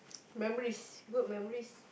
memories good memories